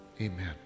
amen